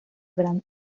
grand